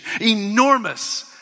enormous